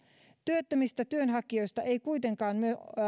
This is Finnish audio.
työttömissä työnhakijoissa